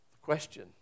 question